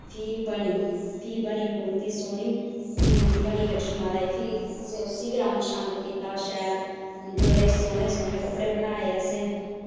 फ्ही बनी फ्ही बनी मूर्ति सोह्नी मूर्ति बनी लक्ष्मी माता दी फ्ही असें उसी बी रंग शंग कीता शैल उंदे जोगड़े सोह्ने सोह्ने कपड़े बनाए असें